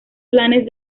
planes